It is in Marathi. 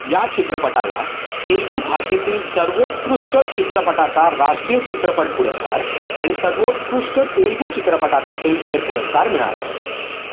या चित्रपटाला तेलुगू भाषेतील सर्वोत्कृष्ट चित्रपटाचा राष्ट्रीय चित्रपट पुरस्कार आणि सर्वोत्कृष्ट तेलुगू चित्रपटाचा फिल्मफेअर पुरस्कार मिळाला